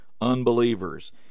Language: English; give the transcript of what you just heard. unbelievers